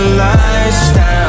lifestyle